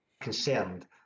concerned